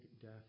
death